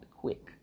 quick